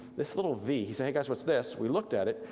this little v, he said, hey guys what's this? we looked at it,